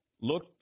look